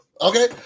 Okay